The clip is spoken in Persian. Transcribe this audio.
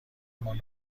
مان